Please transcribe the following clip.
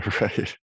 right